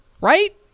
right